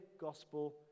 gospel